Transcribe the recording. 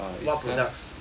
what products